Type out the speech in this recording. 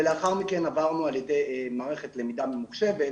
ולאחר מכן עברנו על ידי מערכת למידה ממוחשבת.